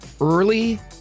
early